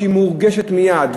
שמורגשת מייד.